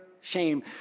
shame